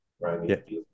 right